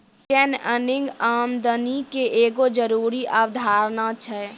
retained earning आमदनी के एगो जरूरी अवधारणा छै